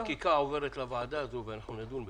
החקיקה עוברת לוועדה הזאת ואנחנו נדון בזה.